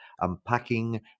Unpacking